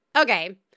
Okay